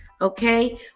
okay